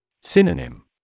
Synonym